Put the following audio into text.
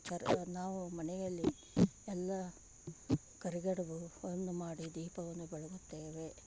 ಚರ ನಾವು ಮನೆಯಲ್ಲಿ ಎಲ್ಲ ಕರಿಗಡುಬುವನ್ನು ಮಾಡಿ ದೀಪವನ್ನು ಬೆಳಗುತ್ತೇವೆ